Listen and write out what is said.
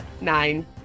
Nine